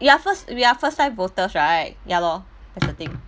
we are first we are first time voters right ya lor that's the thing